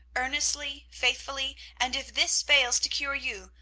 earnestly, faithfully, and if this fails to cure you,